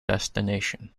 destination